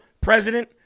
president